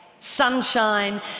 sunshine